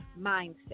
mindset